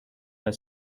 her